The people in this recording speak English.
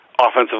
offensive